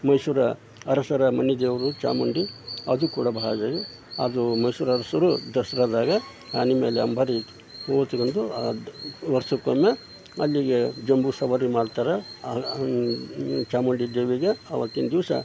ಮೈಸೂರು ಅರಸರ ಮನೆದೇವ್ರು ಚಾಮುಂಡಿ ಅದು ಕೂಡ ಭಾಳ ಇದೆ ಅದು ಮೈಸೂರು ಅರಸರು ದಸ್ರಾದಾಗ ಆನೆ ಮ್ಯಾಲೆ ಅಂಬಾರಿ ಕೂತ್ಕಂಡು ಅದು ವರ್ಷಕ್ಕೊಮ್ಮೆ ಅಲ್ಲಿಗೆ ಜಂಬು ಸವಾರಿ ಮಾಡ್ತಾರೆ ಚಾಮುಂಡಿ ದೇವಿಗೆ ಆವತ್ತಿನ ದಿವಸ